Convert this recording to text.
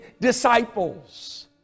disciples